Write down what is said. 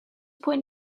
point